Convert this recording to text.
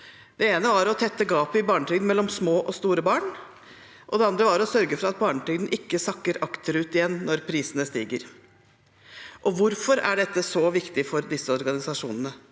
Det ene var å tette gapet i barnetrygden mellom små og store barn, og det andre var å sørge for at barnetrygden ikke sakker akterut igjen når prisene stiger. Hvorfor er dette så viktig for disse organisasjonen